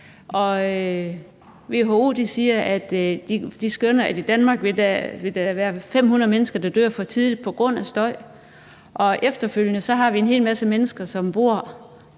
de skønner, at i Danmark vil der være 500 mennesker, der dør for tidligt på grund af støj. Og efterfølgende har vi en hel masse mennesker, som